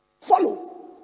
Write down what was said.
Follow